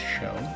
Show